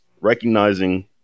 recognizing